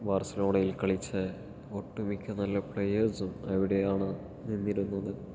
ബാർസലോണയിൽ കളിച്ച ഒട്ടുമിക്ക നല്ല പ്ലെയേഴ്സും അവിടെയാണ് നിന്നിരുന്നത്